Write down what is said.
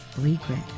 regret